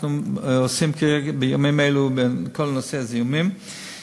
אנחנו עוסקים בימים אלה בכל נושא הזיהומים,